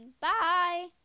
Bye